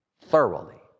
thoroughly